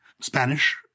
Spanish